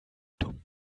dumm